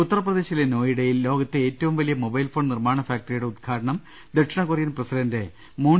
ഉത്തർപ്രദേശിലെ നോയിഡയിൽ ലോകത്തെ ഏറ്റവും വലിയ മൊബൈൽ ഫോൺ നിർമ്മാണ ഫാക്ടറിയുടെ ഉദ്ഘാടനം ദക്ഷിണ കൊറിയൻ പ്രസിഡന്റ് മൂൺ